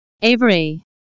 Avery